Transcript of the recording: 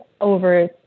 over